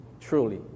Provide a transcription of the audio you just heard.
truly